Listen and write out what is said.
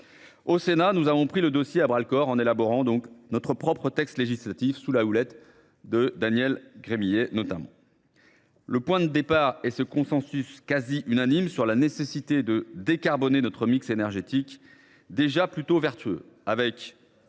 au Sénat, pris le dossier à bras le corps en élaborant notre propre texte législatif sous la houlette, notamment, de Daniel Gremillet. Le point de départ est un consensus quasi unanime sur la nécessité de décarboner notre mix énergétique, déjà plutôt vertueux : avec